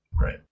right